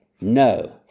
No